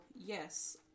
yes